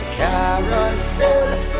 carousels